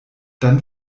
dann